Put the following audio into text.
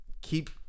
keep